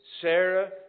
Sarah